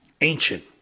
ancient